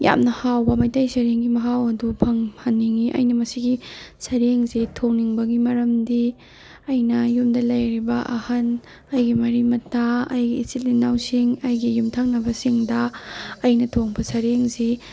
ꯌꯥꯝꯅ ꯍꯥꯎꯕ ꯃꯩꯇꯩ ꯁꯔꯦꯡꯒꯤ ꯃꯍꯥꯎ ꯑꯗꯨ ꯐꯪꯍꯟꯅꯤꯡꯉꯤ ꯑꯩꯅ ꯃꯁꯤꯒꯤ ꯁꯔꯦꯡꯁꯤ ꯊꯣꯡꯅꯤꯡꯕꯒꯤ ꯃꯔꯝꯗꯤ ꯑꯩꯅ ꯌꯨꯝꯗ ꯂꯩꯔꯤꯕ ꯑꯍꯟ ꯑꯩꯒꯤ ꯃꯔꯤ ꯃꯇꯥ ꯑꯩꯒꯤ ꯏꯆꯤꯜ ꯏꯅꯥꯎꯁꯤꯡ ꯑꯩꯒꯤ ꯌꯨꯝꯊꯪꯅꯕꯁꯤꯡꯗ ꯑꯩꯅ ꯊꯣꯡꯕ ꯁꯔꯦꯡꯁꯤ